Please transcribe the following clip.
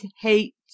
hate